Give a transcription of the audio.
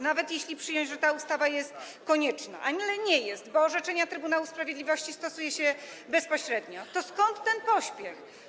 Nawet jeśli przyjąć, że ta ustawa jest konieczna, ale nie jest, bo orzeczenia Trybunału Sprawiedliwości stosuje się bezpośrednio, to skąd ten pośpiech?